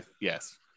Yes